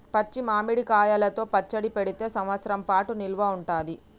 పచ్చి మామిడి కాయలతో పచ్చడి పెడితే సంవత్సరం పాటు నిల్వ ఉంటది